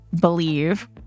believe